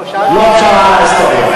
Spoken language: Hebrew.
לא, שאלתי, לא פשרה על ההיסטוריה.